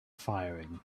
firing